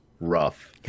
rough